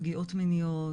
פגיעות מיניות,